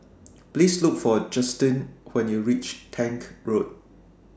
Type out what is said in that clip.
Please Look For Justyn when YOU REACH Tank Road